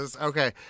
Okay